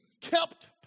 kept